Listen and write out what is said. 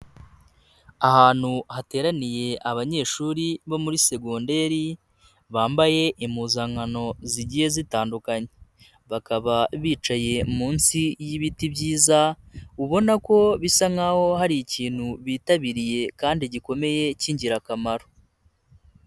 Ahantu hateraniye abanyeshuri bo muri segonndairi, bambaye impuzankano zigiye zitandukanye, bakaba bicaye munsi y'ibiti byiza, ubona ko bisa nkaho hari ikintu bitabiriye kandi gikomeye cy'ingirakamaro.